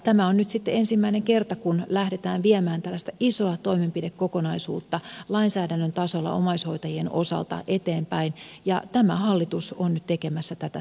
tämä on nyt sitten ensimmäinen kerta kun lähdetään viemään tällaista isoa toimenpidekokonaisuutta lainsäädännön tasolla omaishoitajien osalta eteenpäin ja tämä hallitus on nyt tekemässä tätä työtä